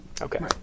Okay